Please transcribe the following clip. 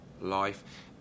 life